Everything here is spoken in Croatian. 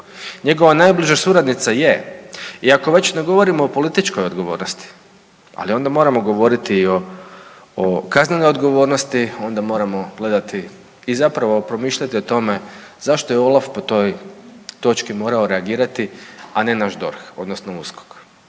Njegova najbliža suradnica je. I ako već ne govorimo o političkoj odgovornosti, ali onda moramo odgovoriti i o kaznenoj odgovornosti, onda moramo gledati i zapravo promišljati o tome zašto je OLAF po toj točki morao reagirati, a ne naš DORH odnosno USKOK.